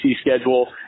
schedule